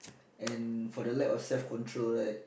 and for the lack of self control right